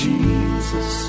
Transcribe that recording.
Jesus